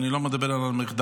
אני לא מדבר על המחדל.